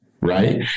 right